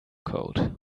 coat